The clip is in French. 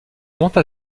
monta